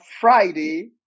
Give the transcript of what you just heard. Friday